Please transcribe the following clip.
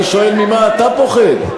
אני שואל ממה אתה פוחד.